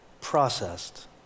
processed